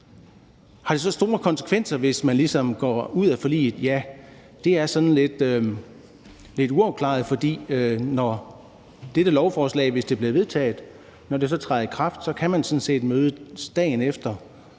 Har det så store konsekvenser, hvis man ligesom går ud af forliget? Ja, det er sådan lidt uafklaret. For når dette lovforslag, hvis det bliver vedtaget, træder i kraft, kan man sådan set mødes dagen efter,